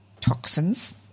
toxins